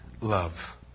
love